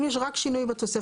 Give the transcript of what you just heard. אם יש רק שינוי בתוספת,